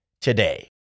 today